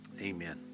Amen